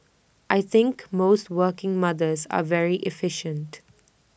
I think most working mothers are very efficient